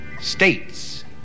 States